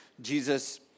Jesus